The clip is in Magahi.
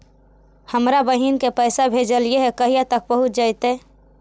हमरा बहिन के पैसा भेजेलियै है कहिया तक पहुँच जैतै?